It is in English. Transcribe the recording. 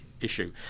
issue